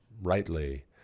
rightly